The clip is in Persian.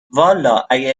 والا، اگه